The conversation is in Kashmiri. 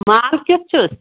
مال کیُتھ چھُس